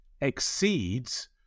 exceeds